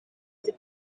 muri